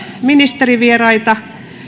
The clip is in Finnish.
ministerivieraita